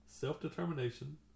self-determination